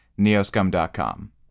neoscum.com